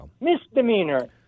Misdemeanor